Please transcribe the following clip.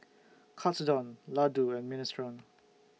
Katsudon Ladoo and Minestrone